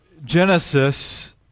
genesis